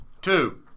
two